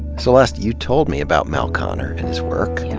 celeste, you told me about mel konner and his work.